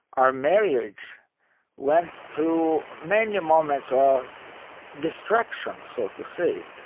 our marriage went through many moments of destruction, so to say.